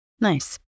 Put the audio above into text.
Nice